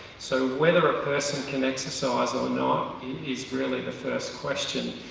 so whether a person can exercise or not is really the first question.